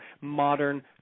modern